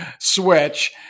switch